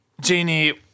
Genie